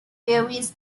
various